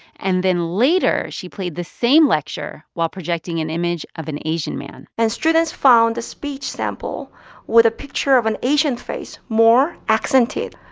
and then, later, she played the same lecture while projecting an image of an asian man and students found the speech sample with a picture of an asian face more accented.